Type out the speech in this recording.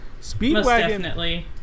Speedwagon